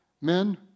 Men